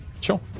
Sure